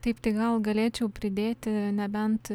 taip tai gal galėčiau pridėti nebent